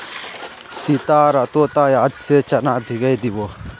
सीता रातोत याद से चना भिगइ दी बो